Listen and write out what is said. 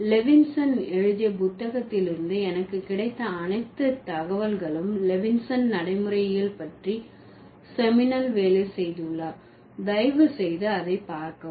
Levinson எழுதிய புத்தகத்தில் இருந்து எனக்கு கிடைத்த அனைத்து தகவல்களும் லெவின்சன் நடைமுறையியல் பற்றி செமினல் வேலை செய்துள்ளார் தயவு செய்து அதை பார்க்கவும்